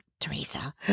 Teresa